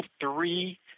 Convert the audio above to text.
three